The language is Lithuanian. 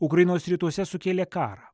ukrainos rytuose sukėlė karą